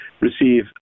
receive